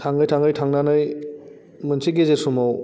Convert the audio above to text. थाङै थाङै थांनानै मोनसे गेजेर समाव